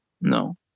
No